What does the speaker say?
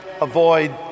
avoid